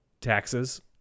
taxes